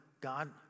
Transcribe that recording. God